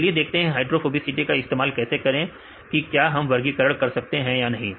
तो चलिए देखते हैं इस हाइड्रोफोबिसिटी का इस्तेमाल कैसे करें कि क्या हम वर्गीकरण कर सकते हैं या नहीं